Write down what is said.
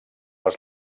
els